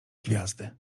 gwiazdy